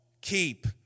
keep